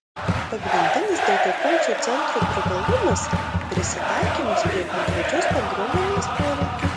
pagrindinis daugiafunkcio centro privalumas prisitaikymas prie konkrečios bendruomenės poreikių